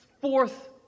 Fourth